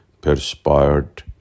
perspired